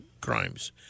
crimes